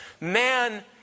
man